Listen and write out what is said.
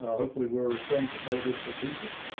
hopefully, we're staying competitive for teachers.